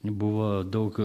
buvo daug